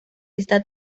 está